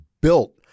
built